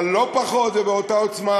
אבל לא פחות ובאותה עוצמה,